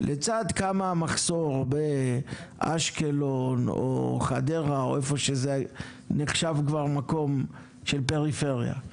לצד כמה המחסור באשקלון או חדרה או איפה שזה נחשב כבר מקום של פריפריה.